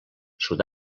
sud